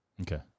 Okay